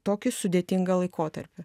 tokį sudėtingą laikotarpį